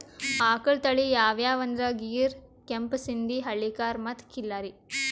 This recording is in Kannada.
ಆಕಳ್ ತಳಿ ಯಾವ್ಯಾವ್ ಅಂದ್ರ ಗೀರ್, ಕೆಂಪ್ ಸಿಂಧಿ, ಹಳ್ಳಿಕಾರ್ ಮತ್ತ್ ಖಿಲ್ಲಾರಿ